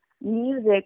music